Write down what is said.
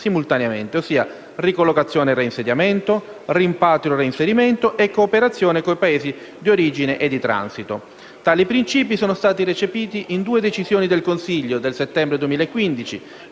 simultaneamente: ricollocazione-reinsediamento; rimpatrio-reinserimento; cooperazione con i Paesi di origine e di transito. Tali principi sono stati recepiti in due decisioni del Consiglio del settembre 2015,